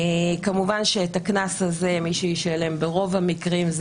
כמובן שאת הקנס הזה, מי שישלם ברוב המקרים הם